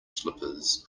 slippers